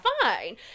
fine